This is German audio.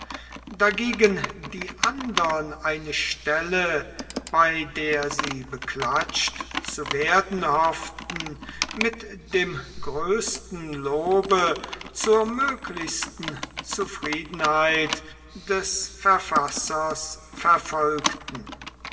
dagegen die andern eine stelle bei der sie beklatscht zu werden hofften mit dem größten lobe zur möglichsten zufriedenheit des verfassers verfolgten